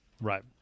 Right